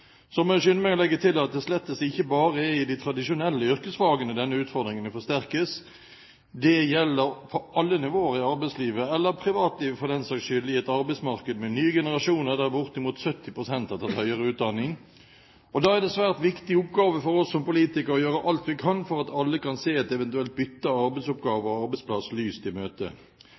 jeg skynde meg å legge til at det slett ikke bare er i de tradisjonelle yrkesfagene denne utfordringen forsterkes. Det gjelder på alle nivåer i arbeidslivet, eller privatlivet for den saks skyld. I et arbeidsmarked med nye generasjoner der bortimot 70 pst. har tatt høyere utdanning, er det en svært viktig oppgave for oss som politikere å gjøre alt vi kan for at alle kan se et eventuelt bytte av arbeidsoppgaver og arbeidsplass lyst i møte.